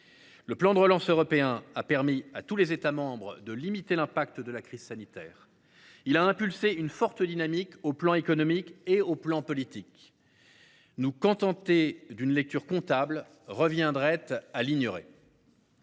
Le plan de relance européen a permis à tous les États membres de limiter l’impact de la crise sanitaire. Il a impulsé une forte dynamique dans les domaines économique et politique. Nous contenter d’une lecture comptable reviendrait à l’ignorer.